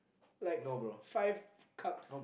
like five cups